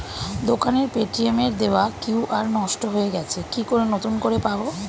দোকানের পেটিএম এর দেওয়া কিউ.আর নষ্ট হয়ে গেছে কি করে নতুন করে পাবো?